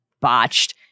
botched